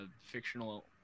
fictional